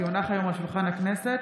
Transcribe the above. כי הונח היום על שולחן הכנסת